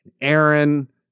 Aaron